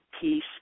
peace